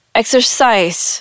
exercise